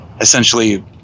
essentially